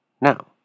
now